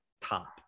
top